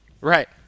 right